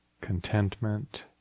contentment